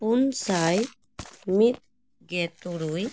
ᱯᱩᱱᱥᱟᱭ ᱢᱤᱫᱜᱮ ᱛᱩᱨᱩᱭ